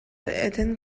этэн